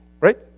right